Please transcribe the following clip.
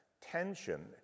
tension